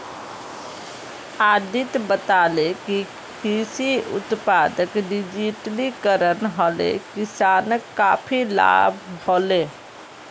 अदित्य बताले कि कृषि उत्पादक डिजिटलीकरण हले किसानक काफी लाभ हले